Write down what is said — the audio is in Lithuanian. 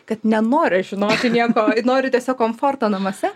kad nenoriu žinoti nieko noriu tiesiog komforto namuose